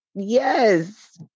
Yes